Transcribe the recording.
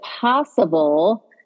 possible